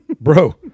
Bro